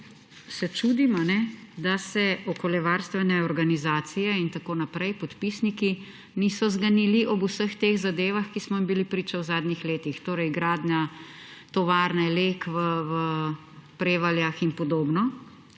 se čudim, kajne, da se okoljevarstvene organizacije in tako naprej, podpisniki, niso zganili ob vseh teh zadevah, ki smo jim bili priča v zadnjih letih. Torej gradnja tovarne Lek v Prevaljah in podobno